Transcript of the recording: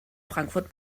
frankfurt